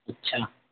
अच्छा